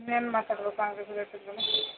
ಇನ್ನೇನು ಮಾತಾಡಬೇಕು